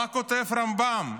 מה כותב הרמב"ם?